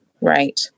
right